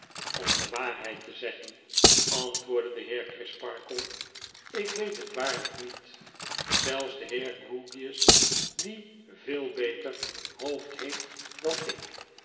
orn de waarheid te zeggen antwoordde de heer crisparkle ik weet net waarlyk niet zelfs de heer grewgious die veel beter hoofd heeft dan ik